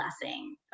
blessing